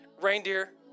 reindeer